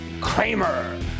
Kramer